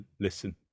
listen